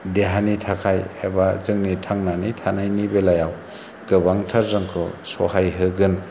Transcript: देहानि थाखाय एबा जोंनि थांनानै थानायनि बेलायाव गोबांथार जोंखौ सहाय होगोन